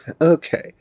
Okay